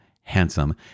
handsome